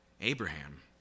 Abraham